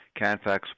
Canfax